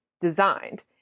designed